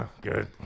Good